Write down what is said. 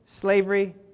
slavery